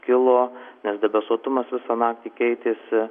kilo nes debesuotumas visą naktį keitėsi